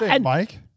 Mike